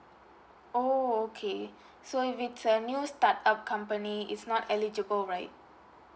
oh okay so if it's a new start up company it's not eligible right